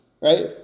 right